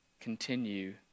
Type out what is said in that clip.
continue